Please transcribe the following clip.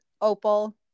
opal